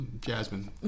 Jasmine